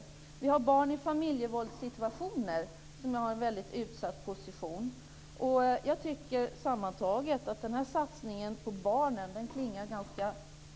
Barn i t.ex. familjevåldssituationer har en väldigt utsatt position, och jag tycker sammantaget att den här satsningen på barnen klingar ganska tomt.